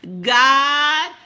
God